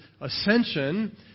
ascension